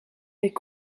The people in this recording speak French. est